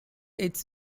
its